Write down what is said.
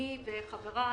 אני וחבריי,